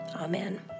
Amen